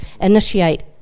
initiate